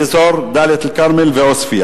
באזור דאלית-אל-כרמל ועוספיא